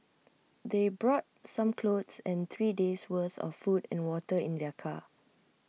they brought some clothes and three days worth of food and water in their car